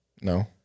No